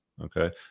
Okay